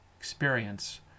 Experience